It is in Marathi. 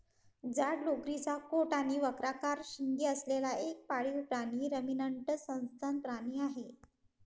जाड लोकरीचा कोट आणि वक्राकार शिंगे असलेला एक पाळीव प्राणी रमिनंट सस्तन प्राणी आहे